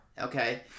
Okay